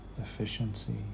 efficiency